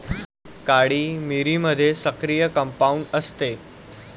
काळी मिरीमध्ये सक्रिय कंपाऊंड असते